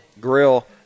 Grill